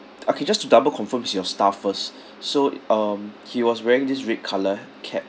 okay just to double confirms your staff first so um he was wearing this red colour cap